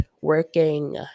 working